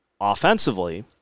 offensively